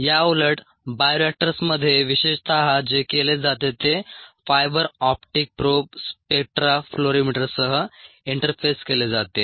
याउलट बायोरिएक्टर्समध्ये विशेषत जे केले जाते ते फायबर ऑप्टिक प्रोब स्पेक्ट्रो फ्लोरिमीटरसह इंटरफेस केले जाते